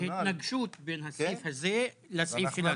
שלא תהיה התנגשות בין הסעיף הזה לסעיף שלנו.